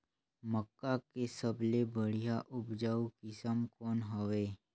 मक्का के सबले बढ़िया उपजाऊ किसम कौन हवय?